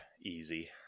easy